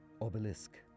obelisk